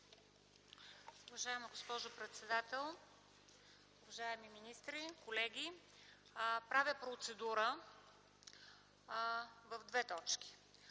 Уважаема госпожо председател, уважаеми министри, колеги! Правя процедура в две точки.